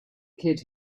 kid